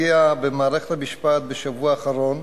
במערכת המשפט בשבוע האחרון